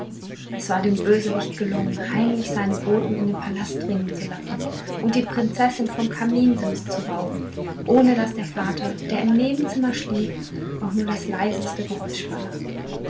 es war dem bösewicht gelungen heimlich seine boten in den palast dringen zu lassen und die prinzessin vom kaminsims zu rauben ohne daß der vater der im nebenzimmer schlief auch nur das leiseste geräusch vernahm